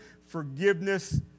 forgiveness